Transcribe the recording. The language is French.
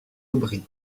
aubry